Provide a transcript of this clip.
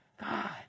God